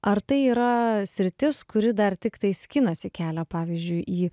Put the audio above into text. ar tai yra sritis kuri dar tiktai skinasi kelią pavyzdžiui į